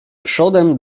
przodem